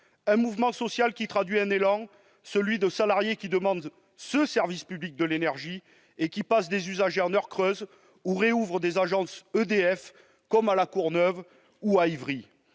Ce mouvement social traduit un élan : celui de salariés qui demandent ce service public de l'énergie, qui passent des usagers en heures creuses ou rouvrent des agences EDF, comme à La Courneuve ou à Ivry.